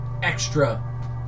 Extra